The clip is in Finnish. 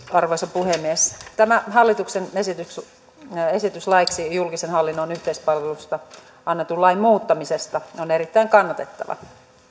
arvoisa puhemies tämä hallituksen esitys laiksi julkisen hallinnon yhteispalvelusta annetun lain muuttamisesta on erittäin kannatettava